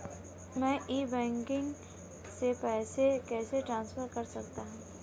मैं e banking से पैसे कैसे ट्रांसफर कर सकता हूं?